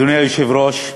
אדוני היושב-ראש,